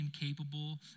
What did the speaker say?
incapable